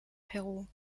peru